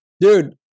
Dude